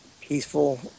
peaceful